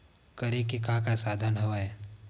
करे के का का साधन हवय?